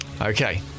okay